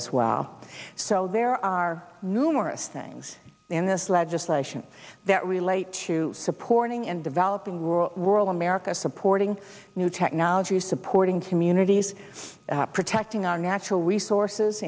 as well so there are numerous things in this legislation that relate to support owning and developing rural rural america supporting new technologies supporting him unities protecting our natural resources